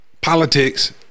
politics